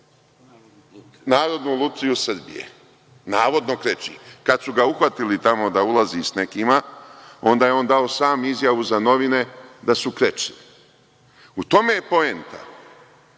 Narodnu lutriju Srbije, navodno kreči. Kad su ga uhvatili tamo da ulazi s nekima, onda je on sam dao izjavu za novine da su krečili. U tome je poenta.